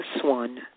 swan